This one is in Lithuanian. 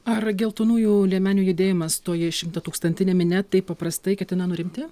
ar geltonųjų liemenių judėjimas toje šimtatūkstantine minia taip paprastai ketina nurimti